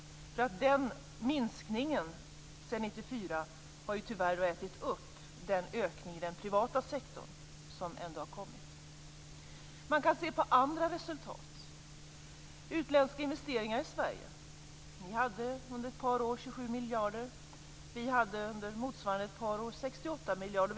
Minskningen i den offentliga sektorn sedan 1994 har ju tyvärr ätit upp den ökning som har skett i den privata sektorn. Man kan se på andra resultat, t.ex. de utländska investeringarna i Sverige. Ni hade under ett par år 27 miljarder. Vi hade under ett par år 68 miljarder.